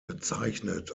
bezeichnet